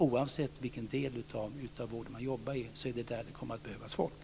Oavsett vilken del av vården man jobbar i, är det där det kommer att behövas folk.